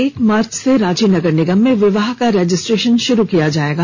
एक मार्च से रांची नगर निगम में विवाह का रजिस्ट्रेशन शुरू किया जायेगा